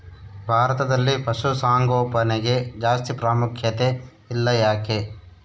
ಭಾರತದಲ್ಲಿ ಪಶುಸಾಂಗೋಪನೆಗೆ ಜಾಸ್ತಿ ಪ್ರಾಮುಖ್ಯತೆ ಇಲ್ಲ ಯಾಕೆ?